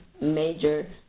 major